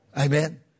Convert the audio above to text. Amen